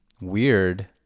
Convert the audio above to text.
weird